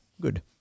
good